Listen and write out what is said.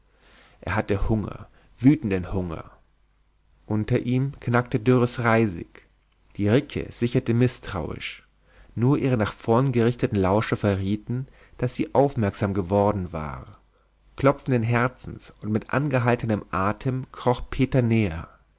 er hatte hunger wütenden hunger unter ihm knackte dürres reisig die ricke sicherte mißtrauisch nur ihre nach vorn gerichteten lauscher verrieten daß sie aufmerksam geworden war klopfenden herzens und mit angehaltenem atem kroch peter näher